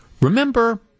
Remember